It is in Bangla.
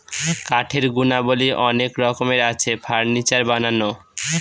কাঠের গুণাবলী অনেক রকমের আছে, ফার্নিচার বানানো